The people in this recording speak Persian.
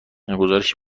گزارش